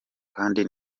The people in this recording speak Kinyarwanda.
kandi